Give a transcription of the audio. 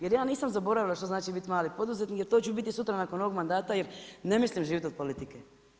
Jer ja nisam zaboravila što znači biti mali poduzetnik, jer to ću biti sutra nakon ovog mandata, jer ne mislim živjeti od politike.